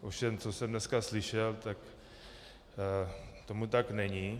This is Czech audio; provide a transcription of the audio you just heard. Ovšem co jsem dneska slyšel, tak tomu tak není.